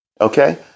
Okay